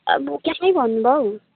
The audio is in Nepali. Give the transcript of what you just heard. अब क्यास भन्नु भयो हौ